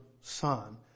son